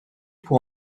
pour